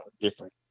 different